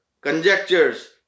conjectures